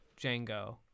Django